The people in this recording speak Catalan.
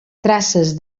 traces